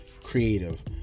creative